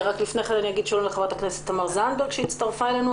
לפני כן אגיד שלום לחברת הכנסת תמר זנדברג שהצטרפה אלינו.